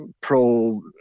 pro